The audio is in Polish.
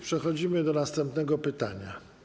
Przechodzimy do następnego pytania.